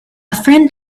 friend